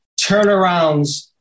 turnarounds